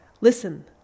Listen